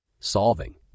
solving